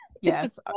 Yes